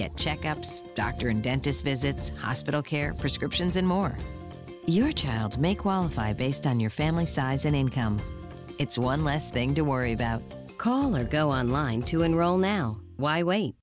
get checkups doctor dentist visits hospital care prescriptions and more your child's may qualify based on your family size and it's one less thing to worry about caller go on line to enroll now why wait